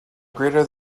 greater